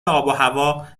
آبوهوا